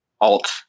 alt